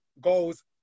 goals